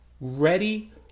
ready